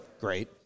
Great